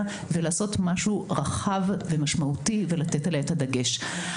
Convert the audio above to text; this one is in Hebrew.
ולעשות משהו רחב ומשמעותי ולתת עליה את הדגש.